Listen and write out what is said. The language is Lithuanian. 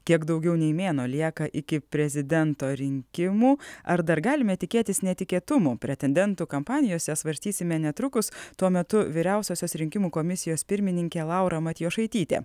kiek daugiau nei mėnuo lieka iki prezidento rinkimų ar dar galime tikėtis netikėtumų pretendentų kampanijose svarstysime netrukus tuo metu vyriausiosios rinkimų komisijos pirmininkė laura matjošaitytė